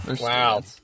wow